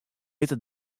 witte